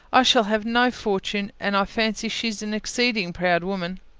i shall have no fortune, and i fancy she is an exceeding proud woman.